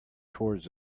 towards